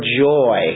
joy